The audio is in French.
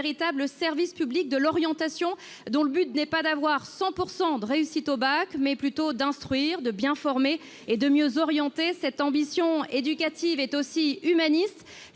service public de l'orientation, dont le but n'est pas d'avoir 100 % de réussite au bac, mais d'instruire, de bien former et de mieux orienter. Cette ambition éducative est aussi humaniste.